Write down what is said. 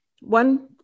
one